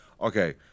Okay